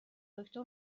دکتر